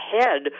ahead